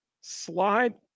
Slide